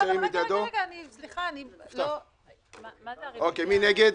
רגע רגע, סליחה --- אוקי, מי נגד?